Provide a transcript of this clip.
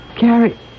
Gary